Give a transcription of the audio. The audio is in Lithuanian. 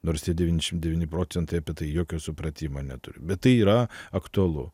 nors tie devyniasdešimt devyni procentai apie tai jokio supratimo neturi bet tai yra aktualu